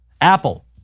Apple